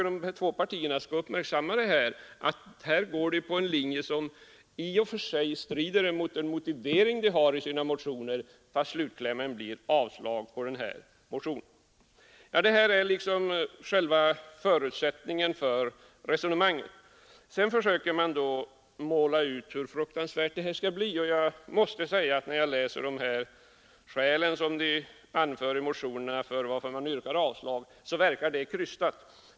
De två partierna borde uppmärksamma att här går de på en linje som i och för sig strider mot den motivering de har i sina motioner, när slutklämmen blir att de yrkar avslag på propositionen. Det här är själva förutsättningen för resonemanget. Sedan försöker man måla ut hur fruktansvärd en sammanslagning skulle bli. Jag måste säga att de skäl för att yrka avslag som anförs i motionerna verkar krystade.